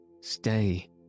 Stay